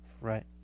right